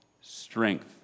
Strength